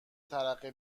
ترقه